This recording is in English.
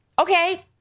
Okay